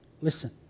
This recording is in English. listen